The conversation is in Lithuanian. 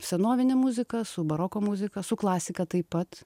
senovine muzika su baroko muzika su klasika taip pat